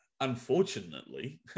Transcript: unfortunately